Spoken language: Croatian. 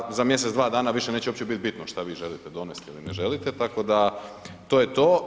Ovoga, za mjesec dva dana više neće uopće bit bitno šta vi želite donest il ne želite, tako da to je to.